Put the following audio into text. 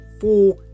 four